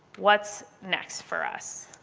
what's next for us?